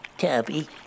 Tubby